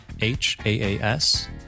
H-A-A-S